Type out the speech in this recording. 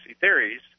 theories